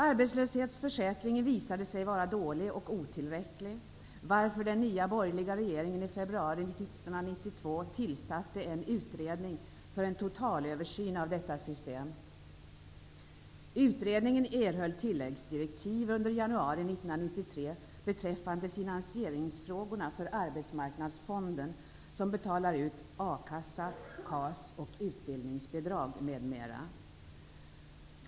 Arbetslöshetsförsäkringen visade sig vara dålig och otillräcklig, varför den nya borgerliga regeringen i februari 1992 tillsatte en utredning för en totalöversyn av detta system.